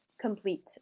Complete